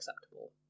acceptable